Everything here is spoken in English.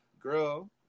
girl